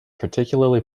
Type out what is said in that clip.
particularly